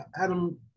Adam